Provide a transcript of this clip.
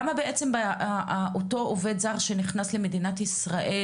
למה בעצם אותו עובד זר שנכנס למדינת ישראל,